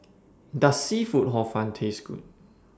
Does Seafood Hor Fun Taste Good